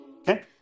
Okay